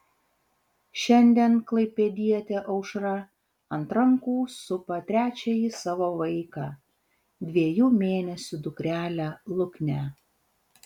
šiandien klaipėdietė aušra ant rankų supa trečiąjį savo vaiką dviejų mėnesių dukrelę luknę